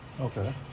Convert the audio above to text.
Okay